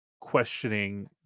questioning